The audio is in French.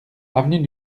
avenue